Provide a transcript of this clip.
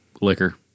liquor